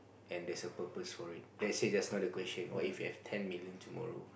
and there's a purpose for it let's say just now that question what if you have ten million tomorrow